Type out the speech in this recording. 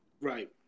right